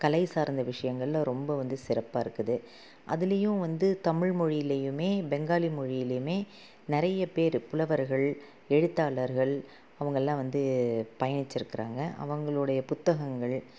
கலை சார்ந்த விஷயங்கள்ல ரொம்ப வந்து சிறப்பாக இருக்குது அதுலேயும் வந்து தமிழ் மொழியிலேயுமே பெங்காலி மொழியிலேயுமே நிறைய பேர் புலவர்கள் எழுத்தாளர்கள் அவங்கெல்லாம் வந்து பயணிச்சிருக்கிறாங்க அவங்களோடய புத்தகங்கள்